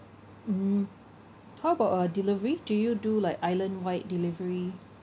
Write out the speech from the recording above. mm how about uh delivery do you do like islandwide delivery